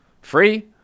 Free